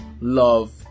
love